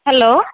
hello